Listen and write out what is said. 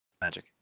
Magic